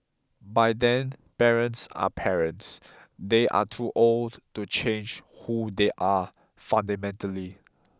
by then parents are parents they are too old to change who they are fundamentally